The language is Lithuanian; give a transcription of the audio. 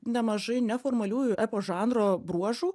nemažai neformaliųjų epo žanro bruožų